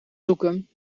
zoeken